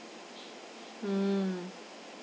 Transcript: mm